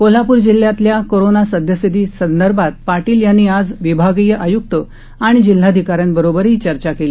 कोल्हापूर जिल्ह्यातल्या कोरोना सद्यस्थिती संदर्भात पाटील यांनी आज विभागीय आयुक्त आणि जिल्हाधिका यांबरोबर चर्चाही केली